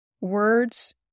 words